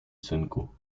synku